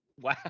Wow